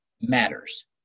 matters